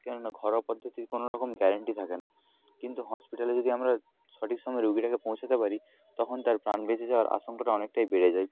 কেননা ঘরোয়া পদ্ধতির কোনো রকম গ্যারান্টি থাকে না কিন্তু হসপিটালে যদি আমরা সঠিক সময় রুগীটাকে পৌঁছোতে পারি তখন তার প্রাণ বেঁচে যাওয়ার আশঙ্কাটা অনেকটাই বেড়ে যায়